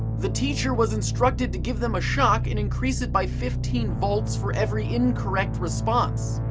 the teacher was instructed to give them a shock and increase it by fifteen volts for every incorrect response.